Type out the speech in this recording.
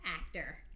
actor